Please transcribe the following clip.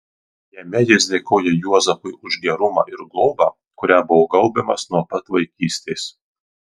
jame jis dėkoja juozapui už gerumą ir globą kuria buvo gaubiamas nuo pat vaikystės